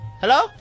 Hello